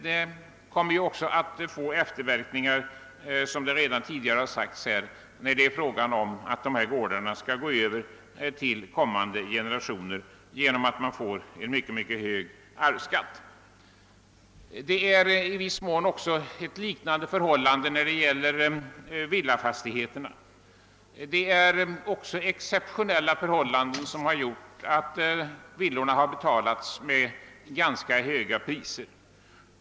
Det kommer också att bli efterverkningar — som redan tidigare sagts — när gårdarna skall övergå till kommande ge nerationer och man då får betala en mycket hög arvsskatt. I viss mån är förhållandet likartat när det gäller villafastigheter. Det är också exceptionella förhållanden som gjort att villor betalats med ganska höga priser.